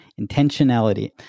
Intentionality